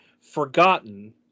forgotten